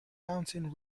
mountain